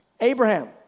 Abraham